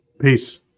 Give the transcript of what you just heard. Peace